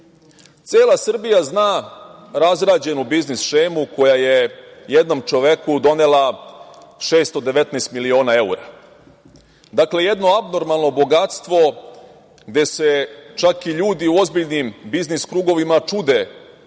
Srbija zna razrađenu biznis šemu koja je jednom čoveku donela 619 miliona evra. Dakle, jedno abnormalno bogatstvo gde se čak i ljudi u ozbiljnim biznis krugovima čude